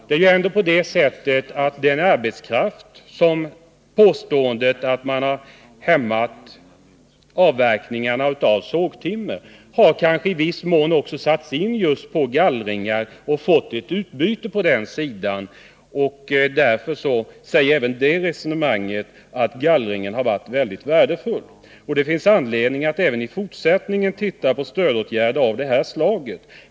Men i fråga om de hämmade avverkningarna av sågtimmer har kanske arbetskraften i viss mån satts in på gallring och gett ett utbyte på den sidan. Även det resonemanget innebär att gallringen varit mycket värdefull. Det finns anledning att även i fortsättningen aktualisera stödåtgärder av detta slag.